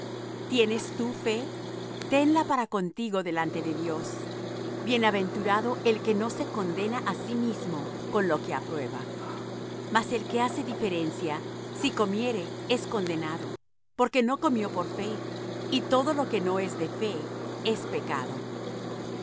tienes tú fe tenla para contigo delante de dios bienaventurado el que no se condena á sí mismo con lo que aprueba mas el que hace diferencia si comiere es condenado porque no comió por fe y todo lo que no es de fe es pecado